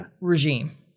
regime